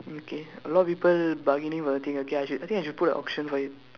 okay a lot of people bargaining for the thing okay I should I should put an auction for it